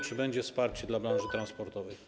Czy będzie wsparcie dla branży transportowej?